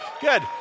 good